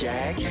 Jack